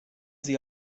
sie